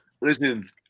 Listen